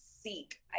seek